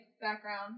background